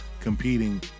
competing